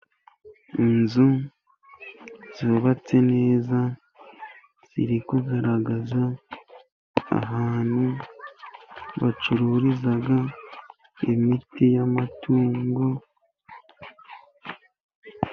Inzu zubatse neza, ziri kugaragaza ahantu bacururiza imiti y'amatungo.